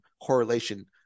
correlation